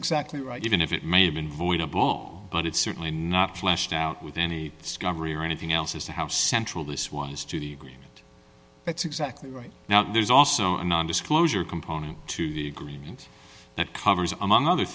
right even if it may have been void of ball but it's certainly not fleshed out with any discovery or anything else as to how central this was to the agreement that's exactly right now there's also a non disclosure component to the agreement that covers among other